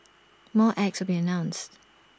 more acts will be announced